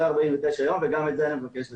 אחרי 49 ימים וגם את זה אני מבקש לתקן.